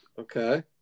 Okay